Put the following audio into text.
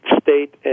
state